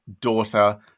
daughter